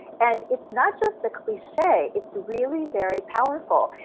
and it's not just a cliche, it's really very powerful.